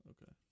Okay